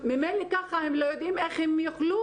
ממילא ככה הם לא יודעים איך הם יוכלו